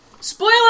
Spoiler